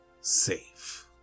safe